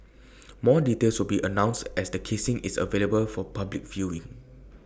more details will be announced as the casing is available for public viewing